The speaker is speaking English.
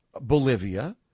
Bolivia